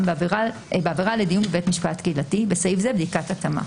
בעבירה לדיון בבית משפט קהילתי (בסעיף זה בדיקת התאמה).